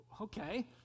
Okay